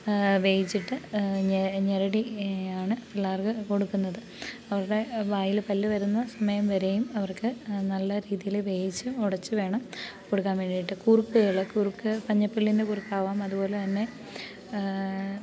വേവിച്ചിട്ട് ഞെരടിയാണ് പിള്ളേർക്ക് കൊടുക്കുന്നത് അവരുടെ വായിൽ പല്ലുവരുന്ന സമയം വരെയും അവർക്ക് നല്ലരീതിയിൽ വേവിച്ച് ഉടച്ച് വേണം കൊടുക്കാൻവേണ്ടിയിട്ട് കുറുക്കുകള് കുറുക്ക് പഞ്ഞപ്പുല്ലിൻറെ കുറുക്കാകാം അതുപോലെ തന്നെ